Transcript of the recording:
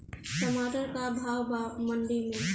टमाटर का भाव बा मंडी मे?